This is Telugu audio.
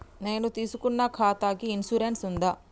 నేను తీసుకున్న ఖాతాకి ఇన్సూరెన్స్ ఉందా?